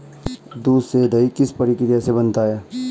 दूध से दही किस प्रक्रिया से बनता है?